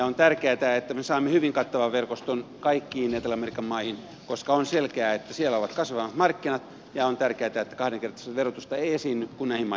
on tärkeätä että me saamme hyvin kattavan verkoston kaikkiin etelä amerikan maihin koska on selkeää että siellä on kasvavat markkinat ja on tärkeätä että kahdenkertaista verotusta ei esiinny unelma